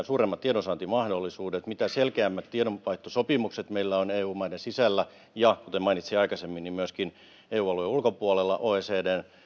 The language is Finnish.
suuremmat tiedonsaantimahdollisuudet mitä selkeämmät tiedonvaihtosopimukset meillä on eu maiden sisällä ja kuten mainitsin aikaisemmin myöskin eu alueen ulkopuolella oecdn